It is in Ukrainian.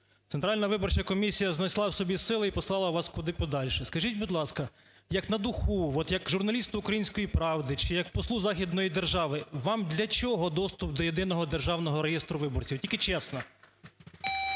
Центральна виборча комісія знайшла в собі сили і послала вас куди подальше, скажіть, будь ласка, як на духу, як журналісту "Української правди", чи як послу західної держави, вам для чого доступ до Єдиного державного реєстру виборців? Тільки чесно.